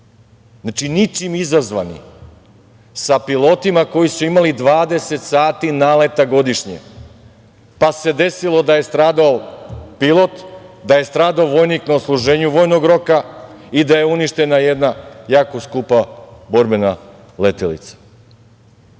znači ničim izazvani sa pilotima koji su imali 20 sati naleta godišnje, pa se desilo da je stradao pilot, da je stradao vojnik na odsluženju vojnog roka i da je uništena jedna jako skupa borbena letelica.A